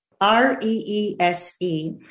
R-E-E-S-E